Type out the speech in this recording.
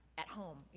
at home, you